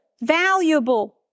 valuable